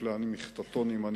להנמיך את הטונים,